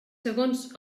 segons